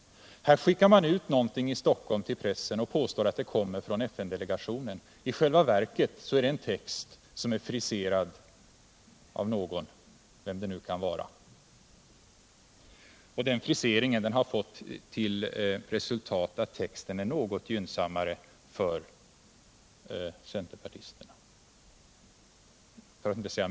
Här skickar man i Stockholm ut någonting till pressen och påstår att det kommer från FN-delegationen. I själva verket är det en text som är friserad av någon, vem det nu kan vara. Den friseringen har fått till resultat att texten är mycket gynnsammare för centerpartisterna.